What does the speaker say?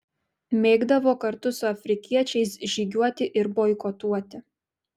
mėgdavo kartu su afrikiečiais žygiuoti ir boikotuoti